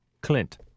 clint